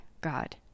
God